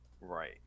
right